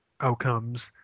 outcomes